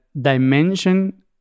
dimension